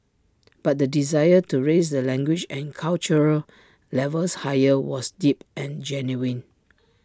but the desire to raise the language and cultural levels higher was deep and genuine